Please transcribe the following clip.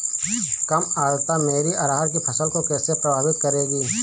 कम आर्द्रता मेरी अरहर की फसल को कैसे प्रभावित करेगी?